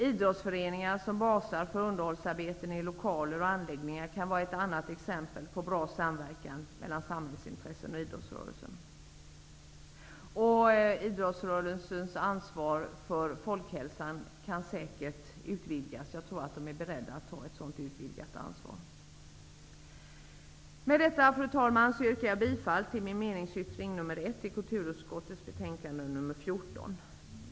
Idrottsföreningar som basar för underhållsarbeten i lokaler och anläggningar kan vara ett exempel på bra samverkan mellan samhällsintressen och idrottsrörelsen. Idrottsrörelsens ansvar för folkhälsan kan säkert utvidgas. Jag tror att rörelsen är beredd att ta ett sådant utvidgat ansvar. Med detta, fru talman, yrkar jag bifall till min meningsyttring nr 1 i kulturutskottets betänkande nr 14.